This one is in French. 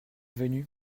venu